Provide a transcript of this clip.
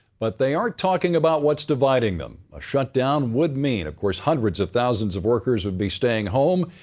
but they aren't talking about what's dividing them. a shutdown would mean, of course, hundreds of thousands of workers would be staying home,